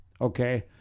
Okay